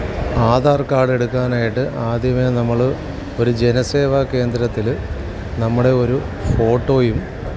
ആധാര് കാര്ഡെടുക്കാനായിട്ട് ആദ്യമേ നമ്മൾ ഒരു ജനസേവാ കേന്ദ്രത്തിൽ നമ്മുടെ ഒരു ഫോട്ടോയും